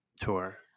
tour